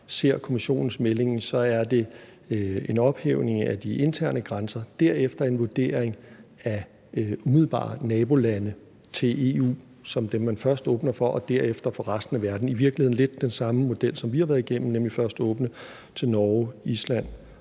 ser Kommissionens melding, er det en ophævning af de interne grænser, og derefter en vurdering af de umiddelbare nabolande til EU som dem, som man først åbner for, og derefter for resten af verden. Det er i virkeligheden lidt den samme model, som vi har været igennem, nemlig først at åbne til Norge, Island